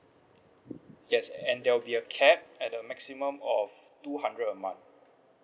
yes and there will be a cap at a maximum of two hundred a month